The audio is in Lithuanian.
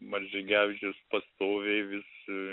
marcinkevičius pastoviai vis